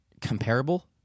comparable